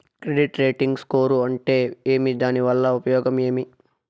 Credit rating score అంటే ఏమి దాని వల్ల ఉపయోగం ఏమి?